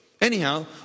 Anyhow